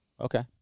okay